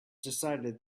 decided